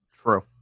True